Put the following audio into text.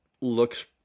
looks